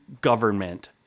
government